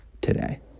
Today